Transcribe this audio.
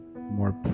more